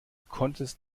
konntest